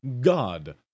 God